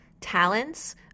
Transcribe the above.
talents